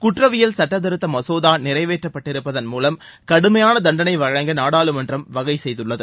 குற்றவியல் சுட்ட திருத்த மசோதா நிறைவேற்ற பட்டிருப்பதன் மூலம் கடுமையான தண்டனை வழங்க நாடாளுமன்றம் வகைசெய்துள்ளது